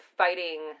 fighting